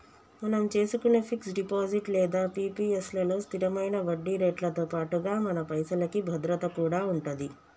మనం చేసుకునే fix deposit లేదా పి.పి.ఎస్ లలో స్థిరమైన వడ్డీరేట్లతో పాటుగా మన పైసలకి భద్రత కూడా ఉంటది